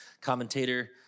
Commentator